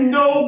no